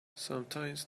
sometimes